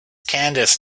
candice